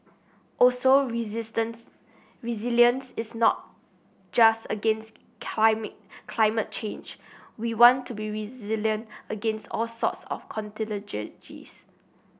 also resistance resilience is not just against climate change we want to be resilient against all sorts of contingencies